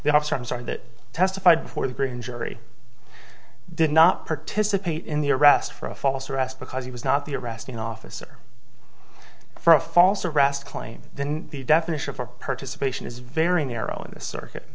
officer i'm sorry that testified before the grand jury did not participate in the arrest for a false arrest because he was not the arresting officer for a false arrest claim then the definition for participation is very narrow in the circuit